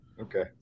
Okay